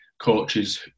coaches